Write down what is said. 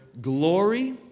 glory